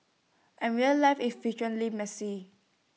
and real life is frequently messy